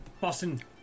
Boston